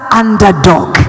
underdog